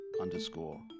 underscore